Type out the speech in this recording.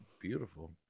Beautiful